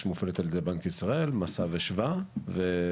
שמופעלת על ידי בנק ישראל; את מס"ב; את שב"א; שהיא